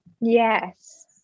Yes